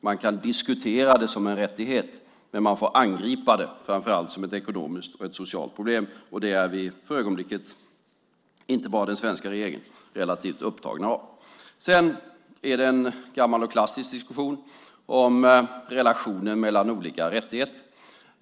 Man kan diskutera det som en rättighet men man får angripa det som framför allt ett ekonomiskt och socialt problem. Det är vi för ögonblicket, inte bara den svenska regeringen, relativt upptagna av. Sedan är det en gammal klassisk diskussion om relationen mellan olika rättigheter.